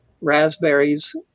raspberries